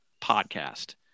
podcast